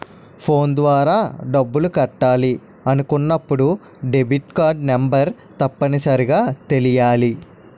phone ద్వారా డబ్బులు కట్టాలి అనుకున్నప్పుడు డెబిట్కార్డ్ నెంబర్ తప్పనిసరిగా తెలియాలి